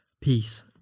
Peace